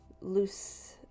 loose